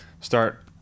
start